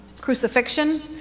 crucifixion